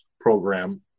program